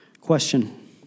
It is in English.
question